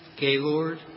Gaylord